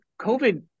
COVID